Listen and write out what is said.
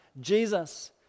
Jesus